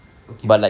okay